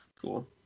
cool